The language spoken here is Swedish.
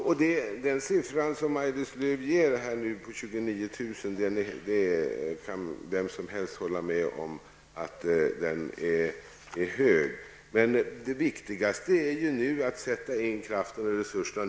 Herr talman! Den siffra som Maj-Lis Lööw nämnde, 30 000, kan vem som helst hålla med om är hög. Men det viktigaste nu är att sätta in kraften och resurserna.